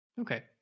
Okay